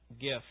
gift